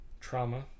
Trauma